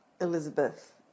Elizabeth